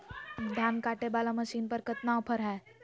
धान कटे बाला मसीन पर कतना ऑफर हाय?